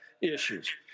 issues